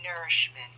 nourishment